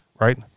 right